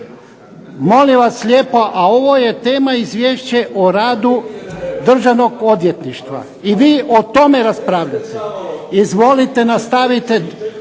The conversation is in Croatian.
Molim vas lijepo, a ovo je tema izvješće o radu Državnog odvjetništva, i vi o tome raspravljate. Izvolite nastavite.